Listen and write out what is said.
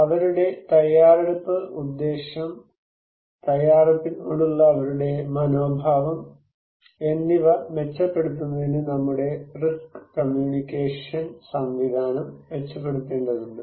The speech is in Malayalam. അവരുടെ തയ്യാറെടുപ്പ് ഉദ്ദേശ്യം തയ്യാറെടുപ്പിനോടുള്ള അവരുടെ മനോഭാവം എന്നിവ മെച്ചപ്പെടുത്തുന്നതിന് നമ്മുടെ റിസ്ക് കമ്മ്യൂണിക്കേഷൻ സംവിധാനം മെച്ചപ്പെടുത്തേണ്ടതുണ്ട്